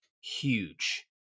huge